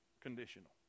conditional